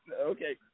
Okay